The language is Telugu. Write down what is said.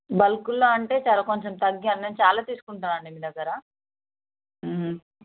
బల్క్లో అంటే చాలా కొంచెం తగ్గి అంటే నేను చాలా తీసుకుంటాను అండి మీ దగ్గర